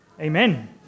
amen